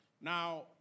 Now